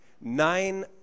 Nine